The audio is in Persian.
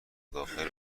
داخل